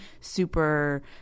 super